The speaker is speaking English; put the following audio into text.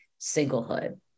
singlehood